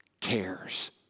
cares